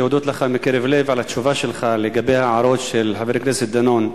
להודות לך מקרב לב על התשובה שלך לגבי ההערות של חבר הכנסת דנון.